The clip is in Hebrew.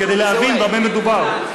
כדי להבין במה מדובר.